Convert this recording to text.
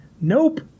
nope